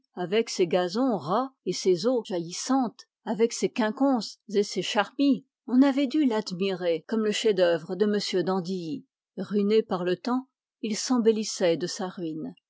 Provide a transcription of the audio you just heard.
avec ses gazons ras et ses eaux jaillissantes avec ses quinconces et ses charmilles on avait dû l'admirer comme le chef-d'œuvre de m d'andilly ruiné par le temps il s'embellissait de sa ruine